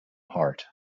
heart